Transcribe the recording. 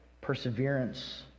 perseverance